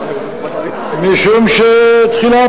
תחילה,